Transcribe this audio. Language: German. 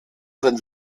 sein